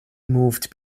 moved